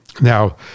Now